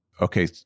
okay